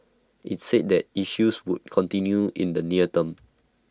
IT said that issues would continue in the near term